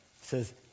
says